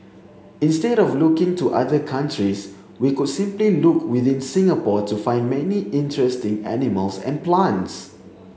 instead of looking to other countries we could simply look within Singapore to find many interesting animals and plants